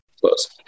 Close